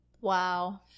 Wow